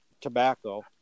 tobacco